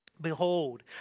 Behold